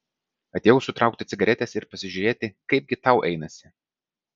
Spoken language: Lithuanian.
atėjau sutraukti cigaretės ir pasižiūrėti kaipgi tau einasi